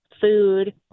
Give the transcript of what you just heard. food